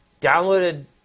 downloaded